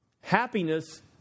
Happiness